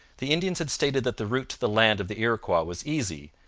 the indians had stated that the route to the land of the iroquois was easy,